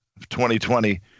2020